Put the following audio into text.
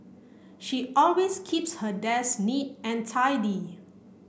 she always keeps her desk neat and tidy